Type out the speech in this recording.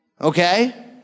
Okay